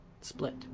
split